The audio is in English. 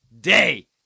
day